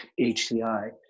HCI